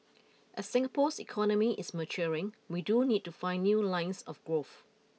as Singapore's economy is maturing we do need to find new lines of growth